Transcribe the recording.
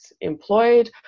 employed